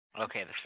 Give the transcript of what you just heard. Okay